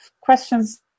questions